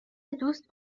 دوست